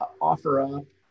OfferUp